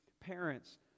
parents